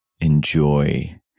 enjoy